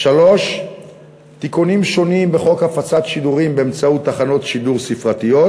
3. תיקונים שונים בחוק הפצת שידורים באמצעות תחנות שידור ספרתיות,